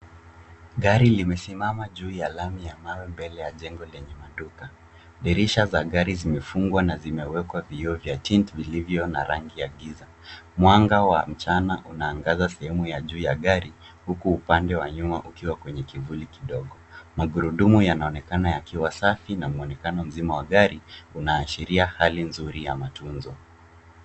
Gari limesimama juu ya lami ya mawe mbele ya jengo lenye maduka. Dirisha za gari zimefungwa na zimewekwa vioo vya tint vilivyo na rangi ya giza. Mwanga wa mchana unaangaza sehemu ya juu ya gari, huku upande wa nyuma ukiwa kwenye kivuli kidogo. Magurudumu yanaonekana yakiwa safi na mwonekano mzima wa gari unaashiria hali nzuri ya matunzo.